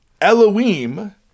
Elohim